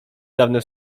dawne